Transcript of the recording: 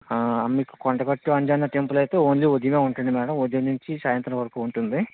మీకు కొండగట్టు అంజన్న టెంపుల్ అయితే ఓన్లీ ఉదయమే ఉంటుంది మ్యాడమ్ ఉదయం నుంచి సాయంత్రం వరకు ఉంటుంది